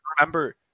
remember